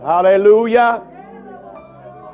hallelujah